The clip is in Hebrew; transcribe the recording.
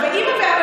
תן לי לדבר,